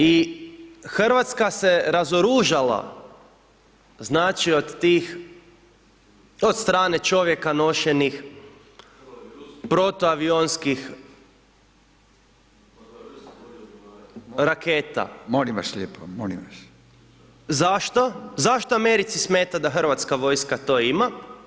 I RH se razoružala, znači, od tih, od strane čovjeka nošenih protuavionskih raketa [[Upadica: Molim vas lijepo, molim vas]] Zašto Americi smeta da hrvatska vojska to ima?